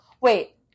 wait